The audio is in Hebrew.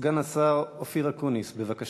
סגן השר אופיר אקוניס, בבקשה.